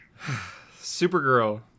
Supergirl